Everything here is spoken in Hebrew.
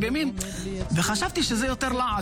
אין לך שר.